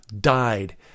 died